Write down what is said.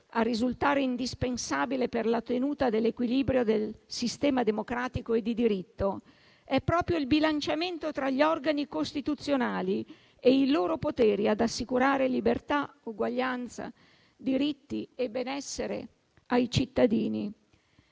a risultare indispensabile per la tenuta dell'equilibrio del sistema democratico e di diritto. È proprio il bilanciamento tra gli organi costituzionali e i loro poteri ad assicurare libertà, uguaglianza, diritti e benessere ai cittadini.